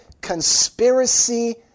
conspiracy